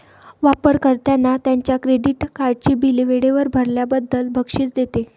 वापर कर्त्यांना त्यांच्या क्रेडिट कार्डची बिले वेळेवर भरल्याबद्दल बक्षीस देते